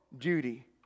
duty